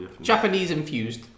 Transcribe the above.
Japanese-infused